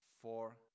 four